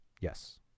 Yes